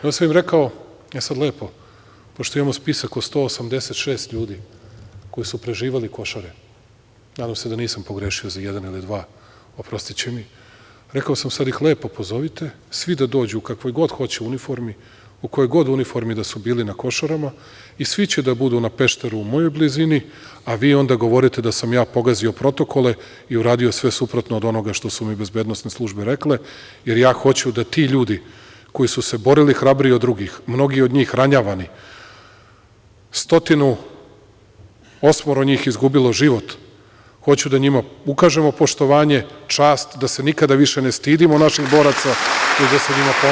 Onda sam im rekao - e sad lepo, pošto imamo spisak od 186 ljudi koji su preživeli Košare, nadam se da nisam pogrešio za jedan ili dva, oprostiće mi, rekao sam - sada ih lepo pozovite, svi da dođu, u kakvoj god hoće uniformi, u kojoj god uniformi da su bili na Košarama i svi će da budu na Pešteru u mojoj blizini, a vi onda govorite da sam ja pogazio protokole i uradio sve suprotno od onoga što su mi bezbednosne službe rekle, jer ja hoću da ti ljudi koji su se borili hrabrije od drugih, mnogi od njih ranjavani, 108 njih izgubilo život, hoću da njima ukažemo poštovanje, čast, da se nikada više ne stidimo naših boraca, nego da se njima